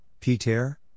Peter